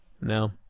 No